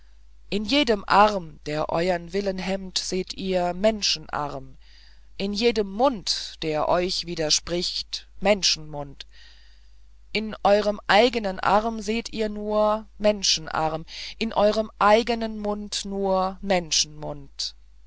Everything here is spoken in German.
in jedem arm der euern willen hemmt seht ihr menschenarm in jedem mund der euch widerspricht menschenmund in eurem eigenen arm seht ihr nur menschenarm in eurem eigenen mund nur